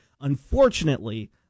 unfortunately